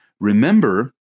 remember